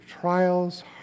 trials